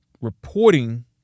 reporting